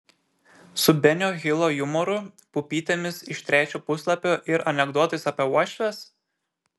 su benio hilo jumoru pupytėmis iš trečio puslapio ir anekdotais apie uošves